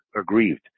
aggrieved